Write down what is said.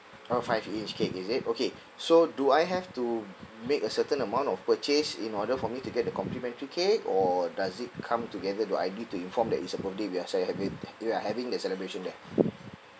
oh five inch cake is it okay so do I have to make a certain amount of purchase in order for me to get the complimentary cake or does it come together do I do need to inform that it's a birthday we are cele~ we we are having the celebration there